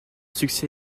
succès